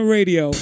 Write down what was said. Radio